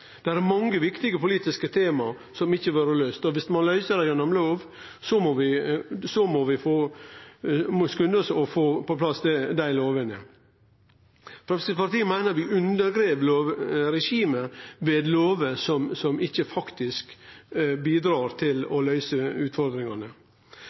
Det er mange viktige politiske tema som ikkje er løyste, og om vi skal løyse dei gjennom lov, må vi skunde oss å få på plass dei lovene. Framstegspartiet meiner vi undergrev lovregimet ved lover som ikkje faktisk bidreg til